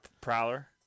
Prowler